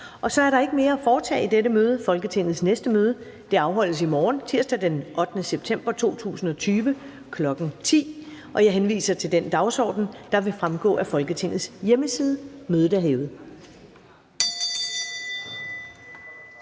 Så er der ikke mere at foretage i dette møde. Folketingets næste møde afholdes i morgen, tirsdag den 8. september 2020, kl. 10.00. Jeg henviser til den dagsorden, der vil fremgå af Folketingets hjemmeside. Mødet er hævet.